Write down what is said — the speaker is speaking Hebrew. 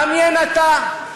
דמיין אתה,